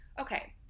okay